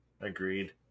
Agreed